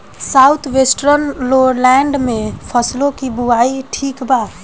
South western lowland में फसलों की बुवाई ठीक बा?